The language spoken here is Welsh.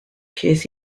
ces